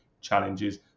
challenges